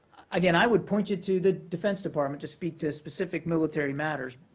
again, i would point you to the defense department to speak to specific military matters,